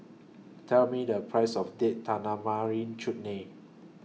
Tell Me The Price of Date Tamarind Chutney